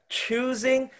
choosing